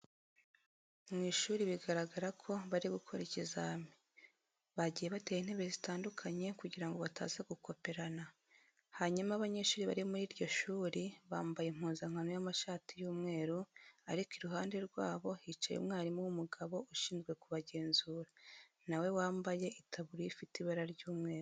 Mu ishuri biragaragara ko bari gukora ibizami, bagiye batera intebe zitandukanye kugira ngo bataza gukoperana, hanyuma abanyeshuri bari muri iryo shuri bambaye impuzankano y'amashati y'umweru ariko iruhande rwabo hicaye umwarimu w'umugabo ushinzwe kubagenzura na we wambaye itaburiya ifite ibara ry'umweru.